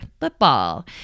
football